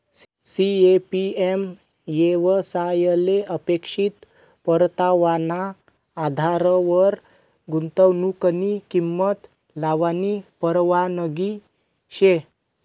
CAPM येवसायले अपेक्षित परतावाना आधारवर गुंतवनुकनी किंमत लावानी परवानगी शे